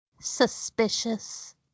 suspicious